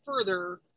further